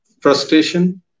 Frustration